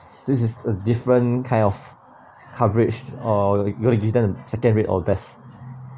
this is a different kind of coverage or you wanna give them a second rate or best